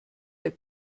der